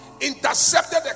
intercepted